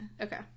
Okay